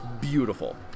beautiful